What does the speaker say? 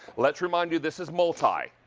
let's remind you this is multi.